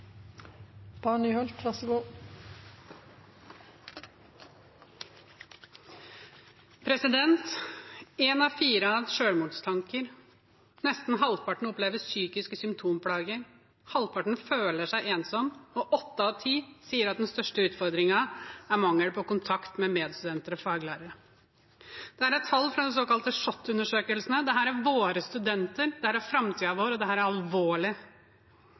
av fire har hatt selvmordstanker. Nesten halvparten opplever psykiske symptomplager. Halvparten føler seg ensom, og åtte av ti sier at den største utfordringen er mangel på kontakt med medstudenter og faglærere. Dette er tall fra de såkalte SHoT-undersøkelsene. Dette er våre studenter. Dette er framtiden vår, og dette er alvorlig.